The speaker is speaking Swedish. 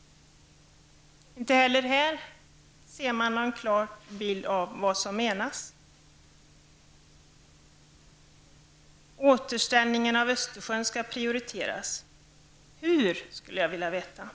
Inte heller i detta sammanhang får man någon klar bild av vad som menas. Återställningen av Östersjön skall prioriteras. Jag skulle vilja veta hur.